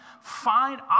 find